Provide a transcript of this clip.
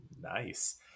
nice